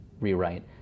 rewrite